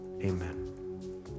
Amen